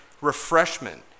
refreshment